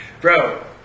Bro